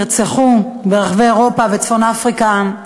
נרצחו ברחבי אירופה וצפון-אפריקה.